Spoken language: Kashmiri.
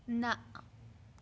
نہ